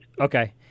Okay